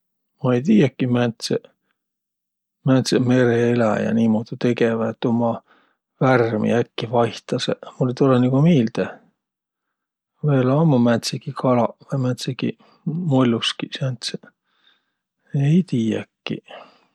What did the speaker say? Ma ei tiiäkiq määntseq, määntseq mereeläjäq niimuudu tegeväq, et umma värmi äkki vaihtasõq. Mul ei tulõq nigu miilde. Või-ollaq ummaq määntsegiq moll'uskiq sääntseq. Ei tiiäkiq.